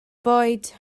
bwyd